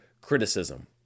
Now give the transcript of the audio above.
criticism